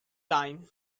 line